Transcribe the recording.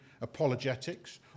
apologetics